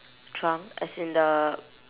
trunk as in the